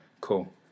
Cool